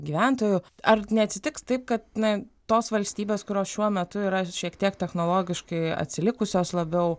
gyventojų ar neatsitiks taip kad na tos valstybės kurios šiuo metu yra šiek tiek technologiškai atsilikusios labiau